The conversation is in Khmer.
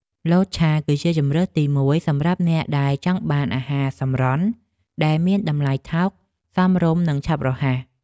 លតឆាគឺជាជម្រើសទីមួយសម្រាប់អ្នកដែលចង់បានអាហារសម្រន់ដែលមានតម្លៃថោកសមរម្យនិងឆាប់រហ័ស។